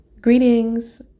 Greetings